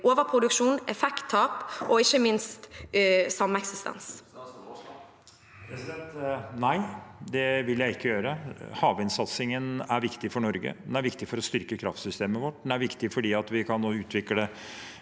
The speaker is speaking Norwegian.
overproduksjon, effekttap og ikke minst sameksistens? Statsråd Terje Aasland Nei, det vil jeg ikke gjøre. Havvindsatsingen er viktig for Norge. Den er viktig for å styrke kraftsystemet vårt. Den er viktig fordi vi kan både utvikle